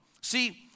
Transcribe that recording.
See